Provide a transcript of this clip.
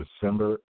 December